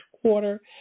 quarter